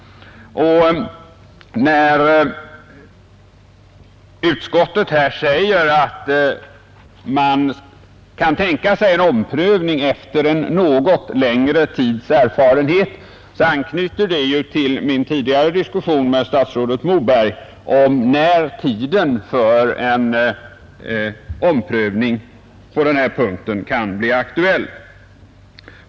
Och när utskottet skriver att utskottet kan tänka sig en omprövning efter en något längre tids erfarenhet, så anknyter det till min tidigare diskussion med statsrådet Moberg om när en omprövning på den punkten kan bli aktuell.